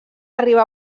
arriba